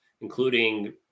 including